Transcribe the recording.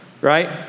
right